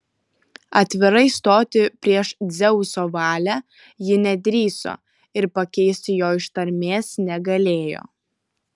atvirai stoti prieš dzeuso valią ji nedrįso ir pakeisti jo ištarmės negalėjo